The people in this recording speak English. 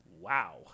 Wow